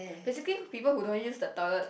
basically people who don't use the toilet